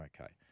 Okay